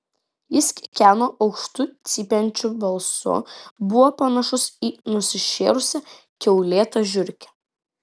jis kikeno aukštu cypiančiu balsu buvo panašus į nusišėrusią kaulėtą žiurkę